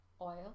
oil